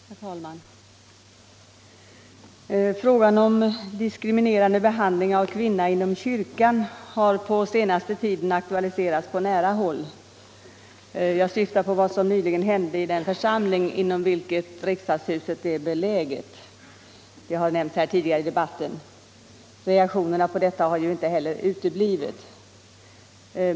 Herr talman! Frågan om diskriminerande behandling av kvinna inom kyrkan har under den senaste tiden aktualiserats på nära håll. Jag syftar på vad som nyligen hände i den församling inom vilken riksdagshuset är beläget; det har redan nämnts i debatten. Reaktionerna på detta har inte heller uteblivit.